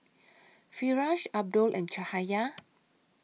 Firash Abdul and Cahaya